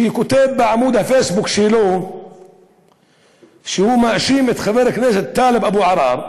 שכותב בעמוד הפייסבוק שלו שהוא מאשים את חבר הכנסת טלב אבו עראר,